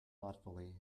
thoughtfully